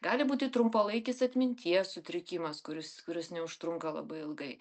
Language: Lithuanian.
gali būti trumpalaikis atminties sutrikimas kuris kuris neužtrunka labai ilgai